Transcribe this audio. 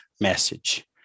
message